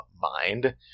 mind